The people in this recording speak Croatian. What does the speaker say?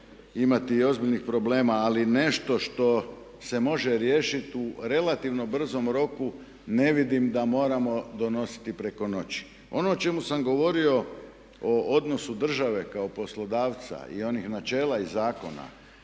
imati i ozbiljnih problema, ali nešto što se može riješiti u relativno brzom roku ne vidim da moramo donositi preko noći. Ono o čemu sam govorio o odnosu države kao poslodavca i onih načela iz zakona